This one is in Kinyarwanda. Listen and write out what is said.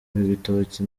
ibitoki